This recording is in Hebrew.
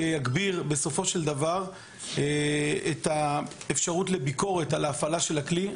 שיגביר בסופו של דבר את האפשרות לביקורת על ההפעלה של הכלי.